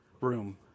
room